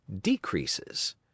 decreases